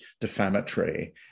defamatory